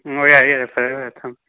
ꯎꯝ ꯌꯥꯔꯦ ꯌꯥꯔꯦ ꯐꯔꯦ ꯐꯔꯦ ꯊꯝꯃꯦ